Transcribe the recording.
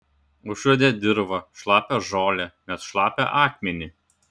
užuodė dirvą šlapią žolę net šlapią akmenį